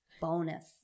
bonus